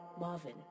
Marvin